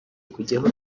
kujyaho